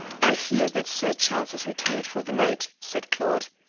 i hear that sir charles has retired for the night, said claude.